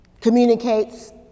communicates